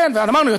ואמרנו,